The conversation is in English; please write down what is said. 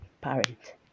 parent